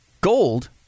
gold